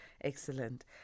Excellent